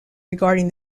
regarding